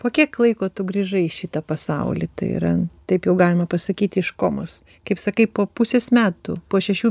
po kiek laiko tu grįžai į šitą pasaulį tai yra taip jau galima pasakyti iš komos kaip sakai po pusės metų po šešių